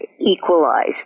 equalize